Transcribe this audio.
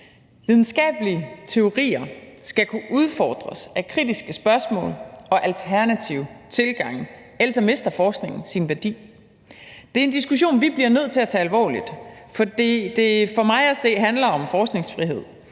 Videnskabelige teorier skal kunne udfordres af kritiske spørgsmål og alternative tilgange, for ellers mister forskningen sin værdi. Det er en diskussion, vi bliver nødt til at tage alvorligt, fordi det for mig at se handler om forskningsfrihed.